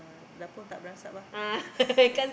dapur tak berasap ah